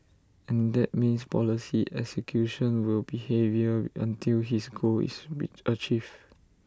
and that means policy execution will be heavier until his goal is achieved